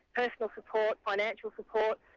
personal support, financial support,